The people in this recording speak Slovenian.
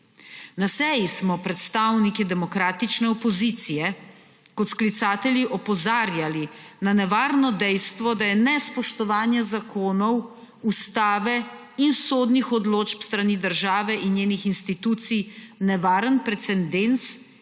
Na seji smo predstavniki demokratične opozicije kot sklicatelji opozarjali na nevarno dejstvo, da je nespoštovanje zakonov, ustave in sodnih odločb s strani države in njenih institucij nevaren precendens,